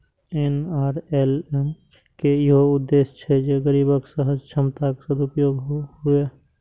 NRLM के इहो उद्देश्य छै जे गरीबक सहज क्षमताक सदुपयोग हुअय